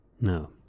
No